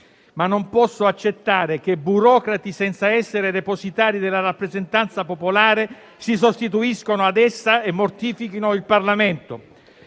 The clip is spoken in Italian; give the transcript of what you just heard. ma non posso accettare che burocrati senza essere depositari della rappresentanza popolare si sostituiscano ad essa e mortifichino il Parlamento.